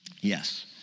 Yes